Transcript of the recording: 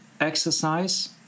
exercise